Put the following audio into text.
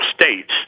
states